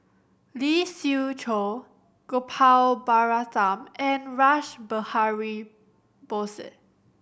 Lee Siew Choh Gopal Baratham and Rash Behari Bose